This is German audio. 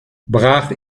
brach